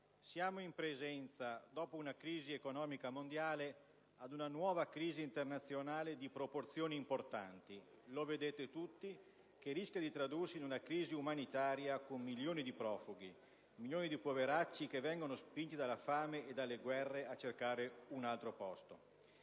siamo in presenza, dopo una crisi economica mondiale, di una nuova crisi internazionale di proporzioni importanti - lo vedete tutti - che rischia di tradursi in una crisi umanitaria con milioni di profughi, milioni di poveracci che vengono spinti dalla fame e dalle guerre a cercare un altro posto.